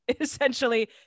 essentially